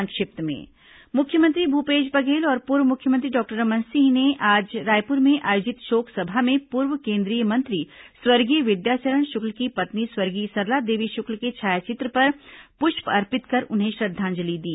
संक्षिप्त समाचार मुख्यमंत्री भूपेश बघेल और पूर्व मुख्यमंत्री डॉक्टर रमन सिंह ने आज रायपुर में आयोजित शोकसभा में पूर्व केन्द्रीय मंत्री स्वर्गीय विद्याचरण शुक्ल की पत्नी स्वर्गीय सरला देवी शुक्ल के छाया चित्र पर पुष्प अर्पित कर उन्हें श्रद्धांजलि दी